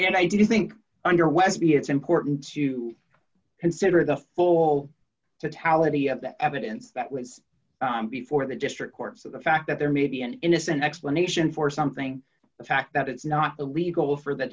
and i do think under westby it's important to consider the full to tally of the evidence that was before the district court so the fact that there may be an innocent explanation for something the fact that it's not illegal for the